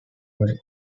men